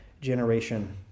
generation